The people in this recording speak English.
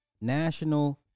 National